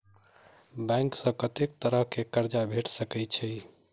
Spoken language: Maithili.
बैंक सऽ कत्तेक तरह कऽ कर्जा भेट सकय छई?